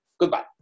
Goodbye